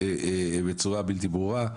בצורה בלתי ברורה.